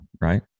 right